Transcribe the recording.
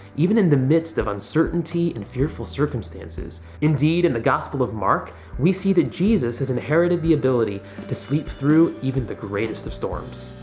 even in the midst of uncertainty and fearful circumstances. indeed, in the gospel of mark we see that jesus, has inherited the ability to sleep through even the greatest of storms.